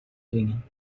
dwingen